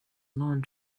long